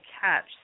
catch